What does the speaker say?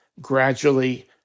gradually